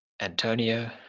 Antonio